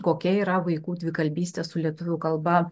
kokia yra vaikų dvikalbystė su lietuvių kalba